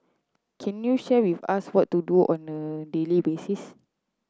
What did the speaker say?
can you share with us what to do on a daily basis